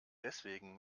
deswegen